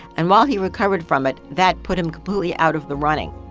and while he recovered from it, that put him completely out of the running